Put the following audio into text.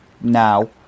now